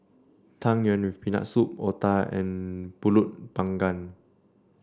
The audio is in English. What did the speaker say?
Tang Yuen with Peanut Soup Otah and pulut Panggang